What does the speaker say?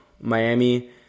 Miami